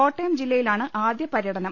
കോട്ടയം ജില്ലയിലാണ് ആദ്യ പരൃടനം